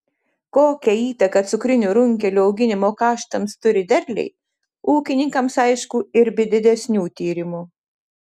kokią įtaką cukrinių runkelių auginimo kaštams turi derliai ūkininkams aišku ir be didesnių tyrimų